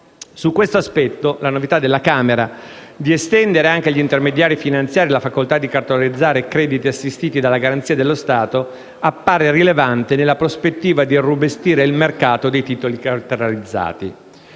Su questo aspetto la novità della Camera di estendere anche agli intermediari finanziari la facoltà di cartolarizzare crediti assistiti dalla garanzia dello Stato appare rilevante nella prospettiva di irrobustire il mercato dei titoli cartolarizzati.